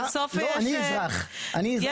בסוף יש מציאות,